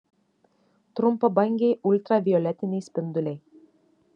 trumpabangiai ultravioletiniai spinduliai